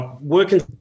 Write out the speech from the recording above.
working